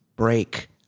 Break